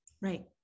right